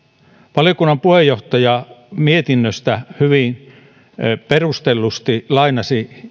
valiokunnan puheenjohtaja mietinnöstä hyvin perustellusti lainasi